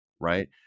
Right